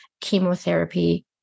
chemotherapy